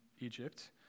Egypt